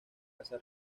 casa